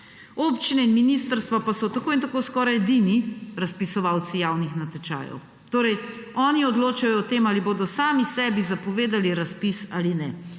Občine in ministrstvo pa so tako in tako skoraj edini razpisovalci javnih natečajev; torej oni odločajo o tem, ali bodo sami sebi zapovedali razpis ali ne.